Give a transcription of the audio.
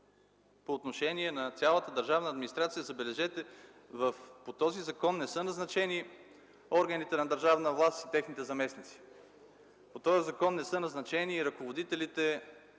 по отношение на цялата държавна администрация. Забележете, по този закон не са назначени органите на държавна власт и техните заместници. По този закон не са назначени и ръководителите